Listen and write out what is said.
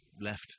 left